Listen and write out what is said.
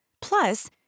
Plus